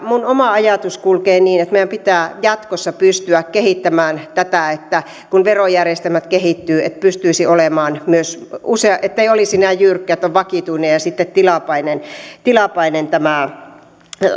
minun oma ajatukseni kulkee niin että meidän pitää jatkossa pystyä kehittämään tätä että kun verojärjestelmät kehittyvät niin pystyisi olemaan myös usea ettei olisi näin jyrkkä että on vakituinen ja sitten tilapäinen tilapäinen tämä